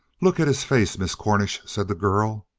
look at his face, miss cornish, said the girl.